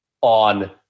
on